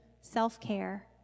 self-care